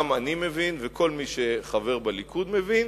גם אני מבין וכל מי שחבר בליכוד מבין,